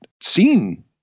seen